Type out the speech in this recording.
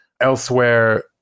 Elsewhere